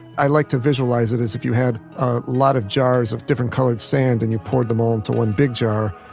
i like to visualize it as if you had a lot of jars of different colored sand and you poured them all into one big jar,